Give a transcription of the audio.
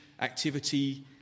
activity